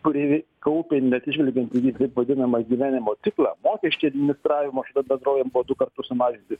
kuri kaupė neatsižvelgiant į taip vadinamą gyvenimo ciklą mokesčiai administravimo šitom bendrovėm buvo du kartus sumažinti